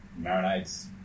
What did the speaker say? marinades